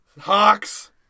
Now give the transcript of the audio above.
Hawks